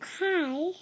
Hi